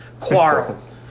Quarrels